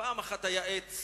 "פעם אחת היה עץ